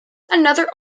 another